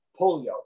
polio